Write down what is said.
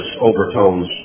overtones